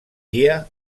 dia